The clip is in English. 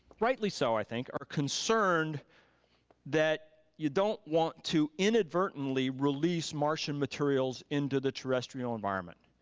rightly so i think, are concerned that you don't want to inadvertently release martian materials into the terrestrial environment.